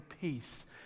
peace